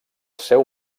seu